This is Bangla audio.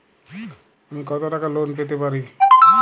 আমি কত টাকা লোন পেতে পারি?